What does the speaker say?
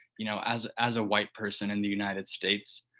you know, as as a white person in the united states,